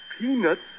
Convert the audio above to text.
Peanuts